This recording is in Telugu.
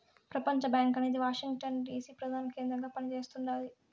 ప్రపంచబ్యాంకు అనేది వాషింగ్ టన్ డీసీ ప్రదాన కేంద్రంగా పని చేస్తుండాది